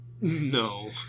No